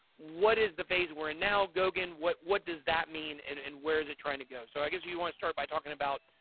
what is the phase we're in now, goguen, what what does that mean? and and where is it trying to go? so i guess you want to start by talking about,